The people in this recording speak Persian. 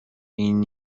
این